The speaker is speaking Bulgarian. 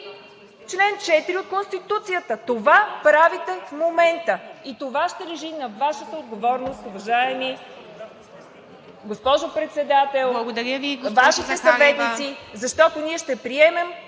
чл. 4 от Конституцията – това правите в момента, и ще лежи на Вашата отговорност, уважаема госпожо Председател, и Вашите съветници, защото ние ще приемем